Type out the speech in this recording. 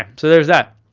um so there's that.